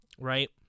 right